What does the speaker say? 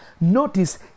Notice